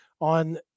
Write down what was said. on